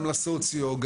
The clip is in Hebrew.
גם לסוציו',